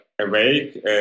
awake